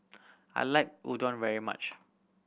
I like Unadon very much